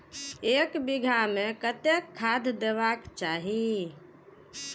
एक बिघा में कतेक खाघ देबाक चाही?